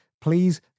Please